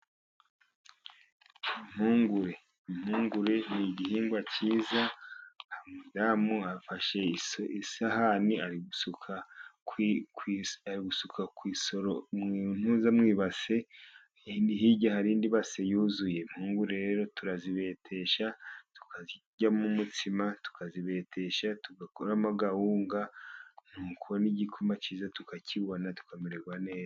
Impungure impungure ni igihingwa cyiza hari umudamu afashe isahani ari gusuka gusuka ntuza mu ibase, hirya harindi base yuzuye impungure, impungure rero turazibetesha tukaziryamo umutsima tukazibehetesha tugakoramo agahunga n'igikoma cyiza tukakinywa tukamererwa neza.